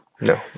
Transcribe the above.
No